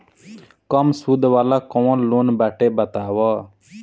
कम सूद वाला कौन लोन बाटे बताव?